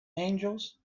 angels